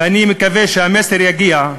ואני מקווה שהמסר יגיע.